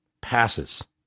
passes